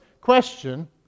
question